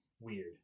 weird